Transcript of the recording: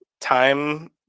time